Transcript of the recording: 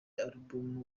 album